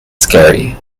scary